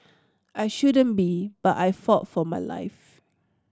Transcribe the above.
I shouldn't be but I fought for my life